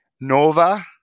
Nova